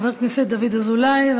חבר הכנסת דוד אזולאי,